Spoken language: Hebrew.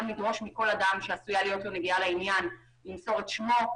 גם לדרוש מכל אדם שעשויה להיות לו נגיעה בעניין למסור את שמו,